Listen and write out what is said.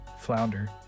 flounder